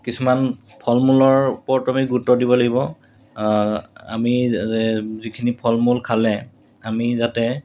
কিছুমান ফল মূলৰ ওপৰতো আমি গুৰুত্ব দিব লাগিব আমি যিখিনি ফল মূল খালে আমি যাতে